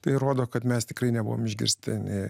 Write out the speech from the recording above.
tai rodo kad mes tikrai nebuvom išgirsti